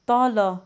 तल